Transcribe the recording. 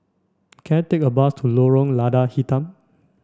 can I take a bus to Lorong Lada Hitam